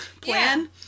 plan